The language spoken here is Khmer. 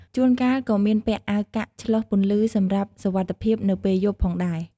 ជួនកាលក៏មានពាក់អាវកាក់ឆ្លុះពន្លឺសម្រាប់សុវត្ថិភាពនៅពេលយប់ផងដែរ។